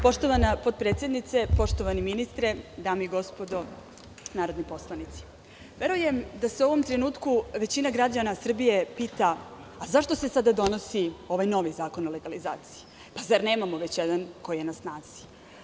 Poštovana potpredsednice, poštovani ministre, dame i gospodo narodni poslanici, verujem da se u ovom trenutku većina građana Srbije pita – zašto se sada donosi ovaj novi zakon o legalizaciji, zar nemamo već jedan koji je na snazi?